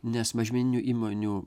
nes mažmeninių įmonių